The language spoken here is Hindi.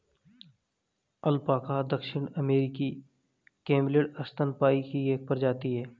अल्पाका दक्षिण अमेरिकी कैमलिड स्तनपायी की एक प्रजाति है